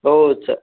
हो स